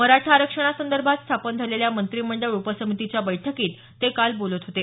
मराठा आरक्षणासंदर्भात स्थापन झालेल्या मंत्रिमंडळ उपसमितीच्या बैठकीत ते काल बोलत होते